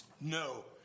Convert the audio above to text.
No